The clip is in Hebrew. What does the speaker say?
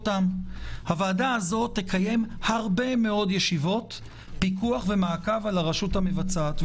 הוועדה הזאת תקיים הרבה מאוד ישיבות פיקוח ומעקב על הרשות המבצעת.